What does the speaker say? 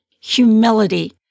humility